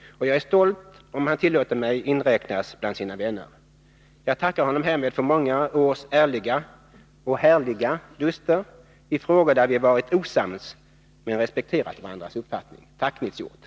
Jag är stolt om han tillåter att jag räknas in bland hans vänner. Jag tackar Nils Hjorth härmed för många års ärliga — och härliga — duster i frågor där vi varit osams men respekterat varandras uppfattning. Tack, Nils Hjorth!